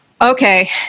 okay